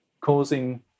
causing